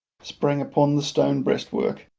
sprang upon the stone breastwork,